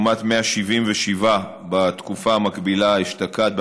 לעומת 177 בתקופה המקבילה אשתקד,